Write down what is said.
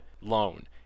loan